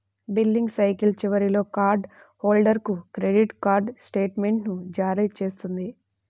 billing cycle చివరిలో card హోల్డర్కు credit card స్టేట్మెంట్ను జారీ చేస్తుంది